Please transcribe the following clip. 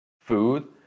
food